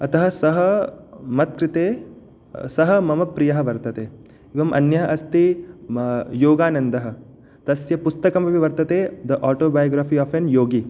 अतः सः मत्कृते सः मम प्रियः वर्तते एवम् अन्यः अस्ति योगानन्दः तस्य पुस्तकमपि वर्तते the autobiography of an योगी